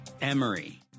Emory